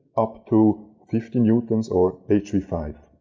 up to fifty newtons or h v five.